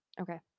Okay